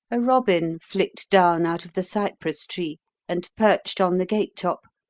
a robin flicked down out of the cypress tree and perched on the gate top,